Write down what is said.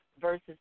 versus